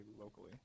locally